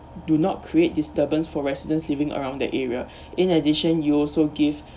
do not create disturbance for residents living around that area in addition you also give